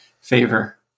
favor